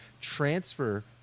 transfer